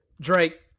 Drake